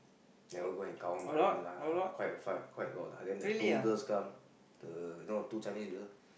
never go and count by one lah quite a fight quite a lot lah but then the two girls come the know the two Chinese girl